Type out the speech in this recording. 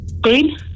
Green